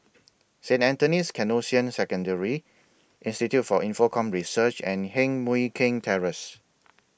Saint Anthony's Canossian Secondary Institute For Infocomm Research and Heng Mui Keng Terrace